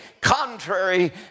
contrary